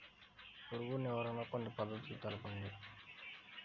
పురుగు నివారణకు కొన్ని పద్ధతులు తెలుపండి?